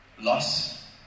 loss